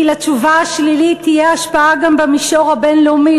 כי לתשובה השלילית תהיה השפעה גם במישור הבין-לאומי,